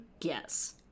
Yes